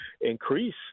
increase